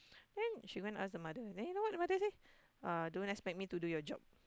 then she go and ask the mother then you know what the mother say uh don't expect me to do your job